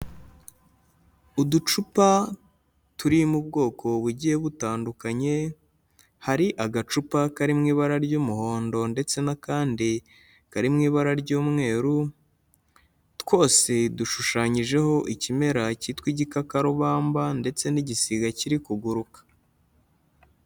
Uducupa turi mu bwoko bugiye butandukanye, hari agacupa kari mu ibara ry'umuhondo ndetse n'akandi kari mu ibara ry'umweru, twose dushushanyijeho ikimera cyitwa igikakarubamba ndetse n'igisiga kiri kuguruka.